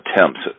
attempts